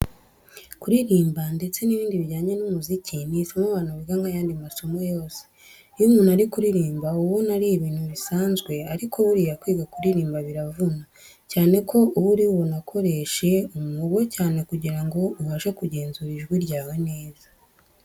Kuririmba ndetse n'ibindi bijyanye n'umuziki, ni isomo abantu biga nk'ayandi masomo yose. Iyo umuntu ari kuririmba uba ubona ari ibintu bisanzwe ariko buriya kwiga kuririmba biravuna, cyane ko uba uri bunakoreshe umuhogo cyane kugira ngo ubashe kugenzura ijwi ryawe neza.